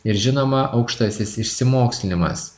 ir žinoma aukštasis išsimokslinimas